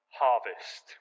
harvest